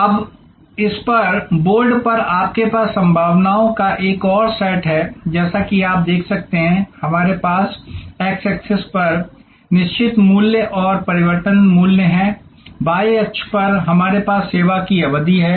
अब इस पर बोर्ड पर आपके पास संभावनाओं का एक और सेट है जैसा कि आप देख सकते हैं कि हमारे पास x अक्ष पर निश्चित मूल्य और परिवर्तनीय मूल्य है y अक्ष पर हमारे पास सेवा की अवधि है